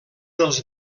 dels